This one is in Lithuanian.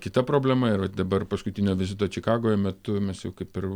kita problema yra dabar paskutinio vizito čikagoje metu mes jau kaip ir